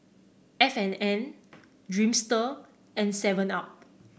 F and N Dreamster and Seven Up